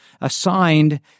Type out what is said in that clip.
assigned